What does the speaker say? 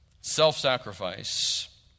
Self-sacrifice